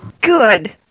Good